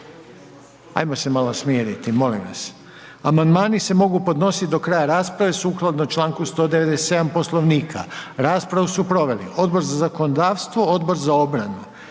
Ajmo se malo smiriti, molim vas. Amandmani se mogu podnositi do kraja rasprave, sukladno članku 197. Poslovnika. Raspravu su proveli Odbor za zakonodavstvo, Odbor za obranu.